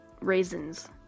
raisins